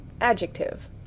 adjective